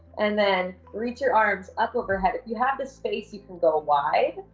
and then reach your arms up over head. if you have the space, you can go wide,